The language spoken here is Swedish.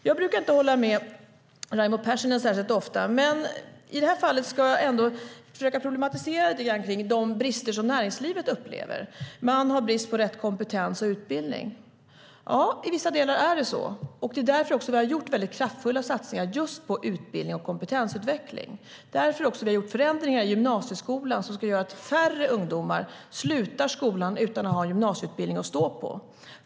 Jag brukar inte hålla med Raimo Pärssinen särskilt ofta, men i detta fall ska jag försöka problematisera lite grann kring de brister som näringslivet upplever: Man har brist på rätt kompetens och utbildning. Ja, i vissa delar är det så. Det är därför vi har gjort kraftfulla satsningar just på utbildning och kompetensutveckling. Det är därför vi har gjort förändringar i gymnasieskolan som ska göra att färre ungdomar slutar skolan utan att ha en gymnasieutbildning att stå på.